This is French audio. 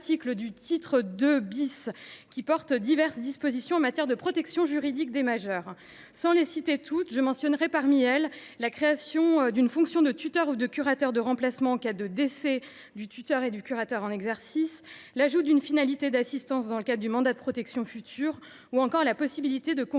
subsidiarité », qui porte diverses dispositions en matière de protection juridique des majeurs. Sans les citer toutes, je mentionnerai la création d’une fonction de tuteur ou de curateur de remplacement en cas de décès du tuteur ou du curateur en exercice, l’ajout d’une finalité d’assistance dans le cadre du mandat de protection future, ou encore la possibilité de confier